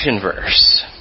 verse